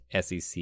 SEC